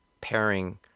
pairing